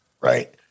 right